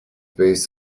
based